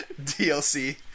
DLC